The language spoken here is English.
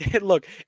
Look